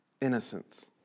innocence